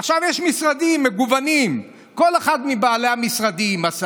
עכשיו, יש משרדים מגוונים.